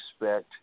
expect